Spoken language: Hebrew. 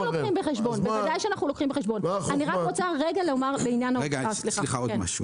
בוודאי שאנחנו לוקחים בחשבון --- סליחה רגע משהו נוסף,